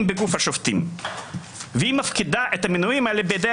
בגוף השופטים והיא מפקידה את המינויים האלה בידי